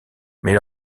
mais